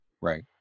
Right